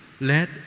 Let